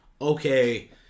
okay